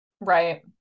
Right